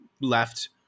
left